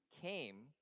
came